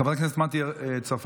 חברת הכנסת מטי צרפתי,